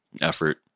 Effort